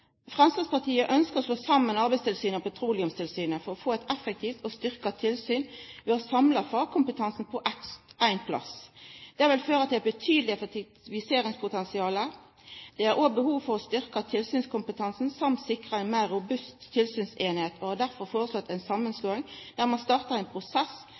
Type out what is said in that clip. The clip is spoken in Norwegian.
Fremskrittspartiet ønsker å slå sammen Arbeidstilsynet og Petroleumstilsynet for å få et effektivt og styrket tilsyn ved å samle fagkompetansen på ett sted. Det vil føre til et betydelig effektiviseringspotensial. Det er også behov for å styrke tilsynskompetansen samt å sikre en mer robust tilsynsenhet. Vi har derfor foreslått en sammenslåing, der man starter en prosess